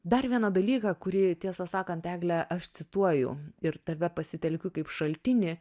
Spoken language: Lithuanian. dar vieną dalyką kurį tiesą sakant egle aš cituoju ir tave pasitelkiu kaip šaltinį